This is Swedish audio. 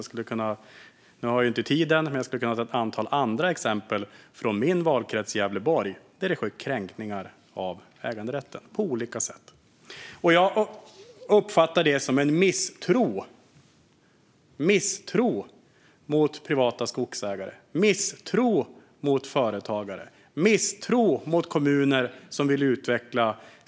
Nu har jag tyvärr inte den talartiden, men jag skulle kunna ta upp ett antal andra exempel från min valkrets Gävleborg på att det sker kränkningar av äganderätten på olika sätt. Jag uppfattar detta som misstro. Det är misstro mot privata skogsägare, misstro mot företagare och misstro mot kommuner som vill utvecklas.